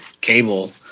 cable